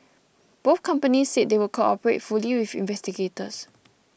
both companies said they would cooperate fully with investigators